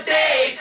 day